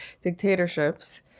dictatorships